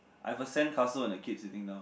I have a sand castle on the kid sitting down